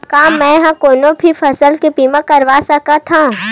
का मै ह कोनो भी फसल के बीमा करवा सकत हव?